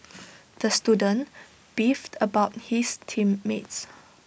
the student beefed about his team mates